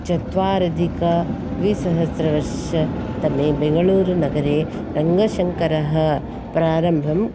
चत्वारधिकद्विसहस्रवर्षतमे बेङ्गलूरुनगरे रङ्गशङ्करः प्रारम्भम्